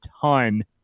ton